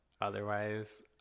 Otherwise